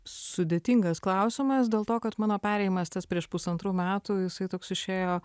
sudėtingas klausimas dėl to kad mano perėjimas tas prieš pusantrų metų jisai toks išėjo